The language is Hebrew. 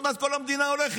עוד מעט כל המדינה הולכת.